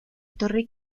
torre